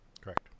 correct